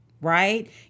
right